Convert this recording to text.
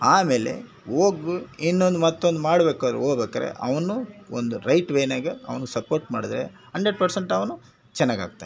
ಆಮೇಲೆ ಹೋಗೋ ಇನ್ನೊಂದು ಮತ್ತೊಂದು ಮಾಡ್ಬೇಕಾದ್ರು ಹೋಗ್ಬೇಕಾದ್ರೆ ಅವನು ಒಂದು ರೈಟ್ ವೇನಾಗೆ ಅವ್ನಿಗೆ ಸಪೋರ್ಟ್ ಮಾಡಿದ್ರೆ ಹಂಡ್ರೆಡ್ ಪರ್ಸೆಂಟ್ ಅವನು ಚೆನ್ನಾಗಾಗ್ತಾನೆ